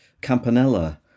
Campanella